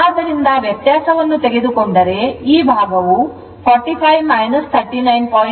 ಆದ್ದರಿಂದ ವ್ಯತ್ಯಾಸವನ್ನು ತೆಗೆದುಕೊಂಡರೆ ಈ ಭಾಗವು 45 39